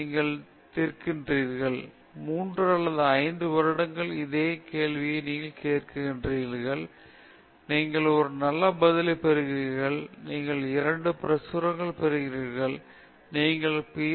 நீங்கள் சரியான கேள்வியை கேட்கிறீர்கள் நீங்கள் தீர்க்கிறீர்கள் மூன்று அல்லது ஐந்து வருடங்களுக்கு இந்த கேள்வியை நீங்கள் கேட்கிறீர்கள் நீங்கள் ஒரு நல்ல பதிலைப் பெறுகிறீர்கள் நீங்கள் இரண்டு பிரசுரங்களைப் பெறுகிறீர்கள் நீங்கள் உங்கள் பி